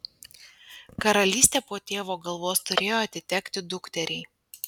karalystė po tėvo galvos turėjo atitekti dukteriai